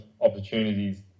opportunities